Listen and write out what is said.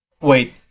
wait